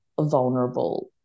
vulnerable